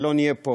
ולא נהיה פה,